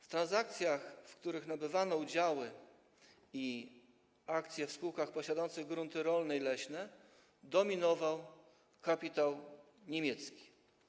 W transakcjach, w których nabywano udziały i akcje w spółkach posiadających grunty rolne i leśne, dominował kapitał niemiecki.